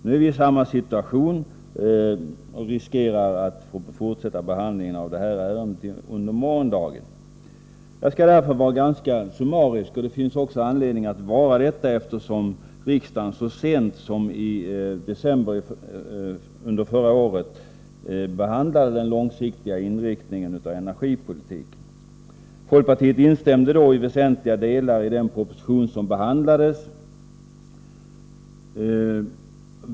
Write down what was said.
Nu är vi i samma situation och riskerar att få fortsätta behandlingen av det här ärendet under morgondagen. Jag skall därför vara ganska summarisk, och det finns också anledning att vara detta, eftersom riksdagen så sent som i december förra året behandlade den långsiktiga inriktningen av energipolitiken. Folkpartiet instämde då i väsentliga delar i den proposition som behandlades.